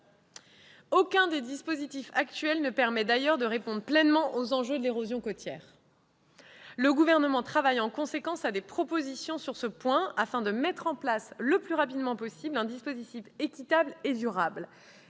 Aucun des dispositifs actuels ne permet d'ailleurs de répondre pleinement aux enjeux de l'érosion côtière. Le Gouvernement travaille en conséquence à des propositions sur ce point afin de mettre en place rapidement un dispositif équitable et durable.